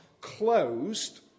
closed